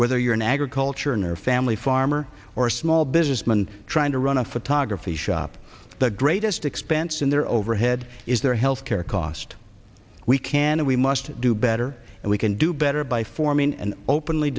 whether you're in agriculture in your family farmer or a small businessman trying to run a photography shop the greatest expense in their overhead is their health care cost we can we must do better and we can do better by forming an openly